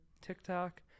TikTok